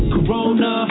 Corona